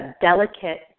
delicate